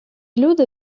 люди